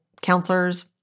counselors